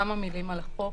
כמה מילים על החוק,